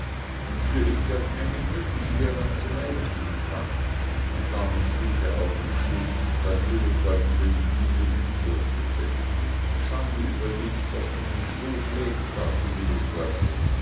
und hier ist ja keine mücke die dir was zu leide thun kann und damit schlug er auf ihn zu daß lillekort über die wiese hinpurzelte schande über dich daß du mich so schlägst sagte